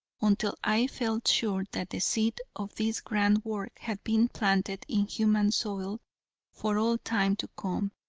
until i felt sure that the seed of this grand work had been planted in human soil for all time to come,